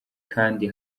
kandi